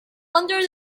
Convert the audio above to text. under